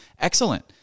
Excellent